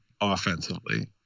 offensively